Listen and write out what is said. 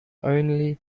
only